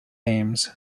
names